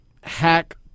hack